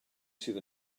sydd